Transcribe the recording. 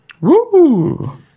Woo